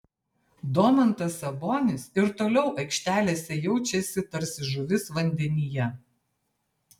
domantas sabonis ir toliau aikštelėse jaučiasi tarsi žuvis vandenyje